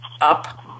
up